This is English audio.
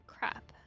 Crap